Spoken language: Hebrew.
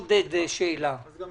אל תתייחס לדברים.